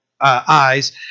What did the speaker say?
eyes